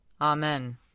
Amen